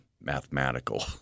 mathematical